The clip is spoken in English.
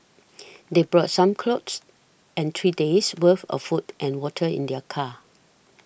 they brought some clothes and three days' worth of food and water in their car